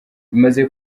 bimaze